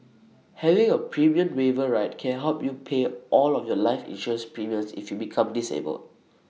having A premium waiver ride can help you pay all of your life insurance premiums if you become disabled